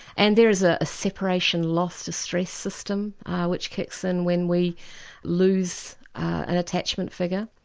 and there is a separation loss distress system which kicks in when we lose an attachment figure.